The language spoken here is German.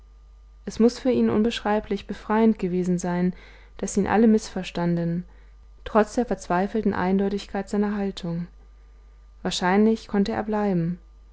es muß für ihn unbeschreiblich befrei end gewesen sein daß ihn alle mißverstanden trotz der verzweifelten eindeutigkeit seiner haltung wahrscheinlich konnte er bleiben